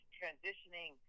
transitioning